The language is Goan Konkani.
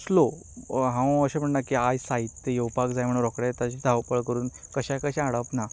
स्लो ओर हांव अशें म्हणना की आयज साहित्य येवपाक जाय म्हणून रोखडेंच ताची धांवपळ करून कशाय कशेंय हाडप ना